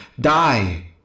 Die